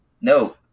No